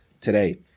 today